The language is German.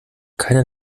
keiner